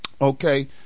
Okay